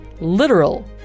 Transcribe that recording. literal